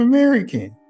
American